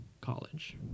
college